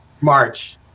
March